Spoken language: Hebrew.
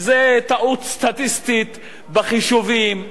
זאת טעות סטטיסטית בחישובים,